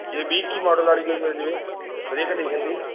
ਜੇ ਵੀਹ ਇੱਕੀ ਮਾਡਲ ਆਲੀ ਕੋਈ ਮਿਲ ਜਾਵੇ ਵਧੀਆ ਕੰਡੀਸ਼ਨ ਦੀ